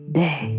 day